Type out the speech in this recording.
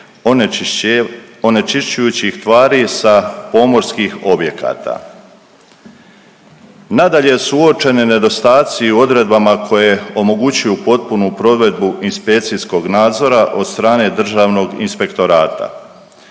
onečišćujućih tvari sa pomorskih objekata. Nadalje su uočene nedostaci u odredbama koje omogućuju potpunu provedbu inspekcijskog nadzora od strane Državnog inspektorata